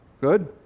Good